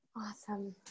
Awesome